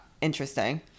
Interesting